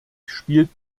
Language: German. spielt